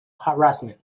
harassment